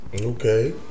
Okay